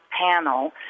panel